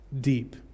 deep